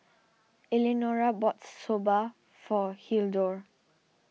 Eleanora bought Soba for Hildur